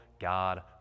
God